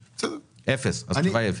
אז התשובה היא אפס.